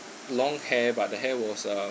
long hair but the hair was uh